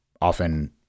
often